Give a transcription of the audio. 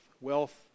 wealth